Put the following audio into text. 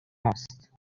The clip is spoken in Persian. است